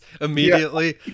immediately